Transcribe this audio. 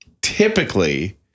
typically